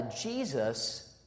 Jesus